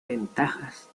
ventajas